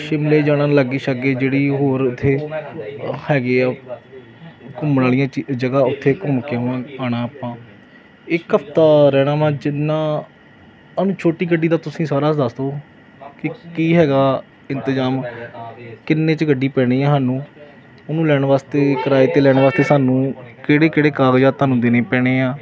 ਸ਼ਿਮਲੇ ਜਾਣਾ ਲਾਗੇ ਸ਼ਾਗੇ ਜਿਹੜੀ ਹੋਰ ਉੱਥੇ ਹੈਗੀ ਆ ਘੁੰਮਣ ਵਾਲੀਆਂ ਚ ਜਗ੍ਹਾ ਉੱਥੇ ਘੁੰਮ ਕੇ ਆਉਣਾ ਆਉਣਾ ਆਪਾਂ ਇੱਕ ਹਫਤਾ ਰਹਿਣਾ ਵਾ ਜਿੰਨਾ ਸਾਨੂੰ ਛੋਟੀ ਗੱਡੀ ਦਾ ਤੁਸੀਂ ਸਾਰਾ ਦੱਸ ਦਿਓ ਕਿ ਕੀ ਹੈਗਾ ਇੰਤਜ਼ਾਮ ਕਿੰਨੇ 'ਚ ਗੱਡੀ ਪੈਣੀ ਆ ਸਾਨੂੰ ਉਹਨੂੰ ਲੈਣ ਵਾਸਤੇ ਕਿਰਾਏ 'ਤੇ ਲੈਣ ਵਾਸਤੇ ਸਾਨੂੰ ਕਿਹੜੇ ਕਿਹੜੇ ਕਾਗਜਾਤ ਤੁਹਾਨੂੰ ਦੇਣੇ ਪੈਣੇ ਆ